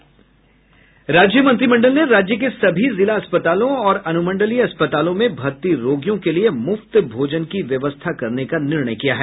राज्य मंत्रिमंडल ने राज्य के सभी जिला अस्पतालों और अनुमंडलीय अस्पतालों में भर्ती रोगियों के लिए मूफ्त भोजन की व्यवस्था करने का निर्णय किया है